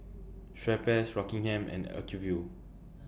Schweppes Rockingham and Acuvue